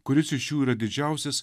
kuris iš jų yra didžiausias